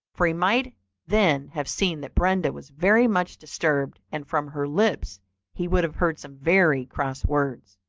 for he might then have seen that brenda was very much disturbed, and from her lips he would have heard some very cross words.